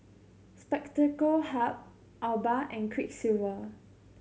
Spectacle Hut Alba and Quiksilver